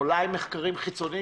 אולי מחקרים חיצוניים,